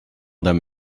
them